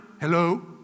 hello